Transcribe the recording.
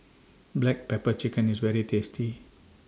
Black Pepper Chicken IS very tasty